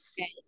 Okay